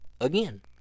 again